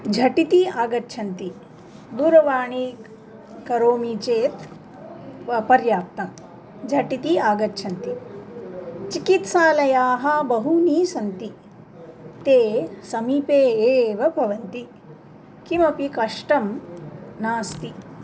झटिति आगच्छन्ति दूरवाणीं करोमि चेत् व पर्याप्तं झटिति आगच्छन्ति चिकित्सालयाः बहुनि सन्ति ते समीपे एव भवन्ति किमपि कष्टं नास्ति